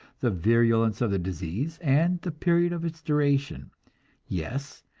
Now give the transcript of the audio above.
the virulence of the disease and the period of its duration yes,